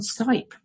Skype